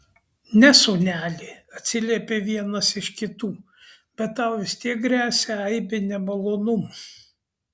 ne sūneli atsiliepė vienas iš kitų bet tau vis tiek gresia aibė nemalonumų